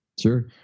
Sure